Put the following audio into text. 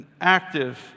active